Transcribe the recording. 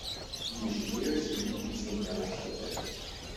nužydėjo seniai chrizantemos sode